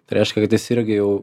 tai reiškia kad jis irgi jau